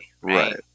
right